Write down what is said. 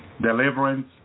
Deliverance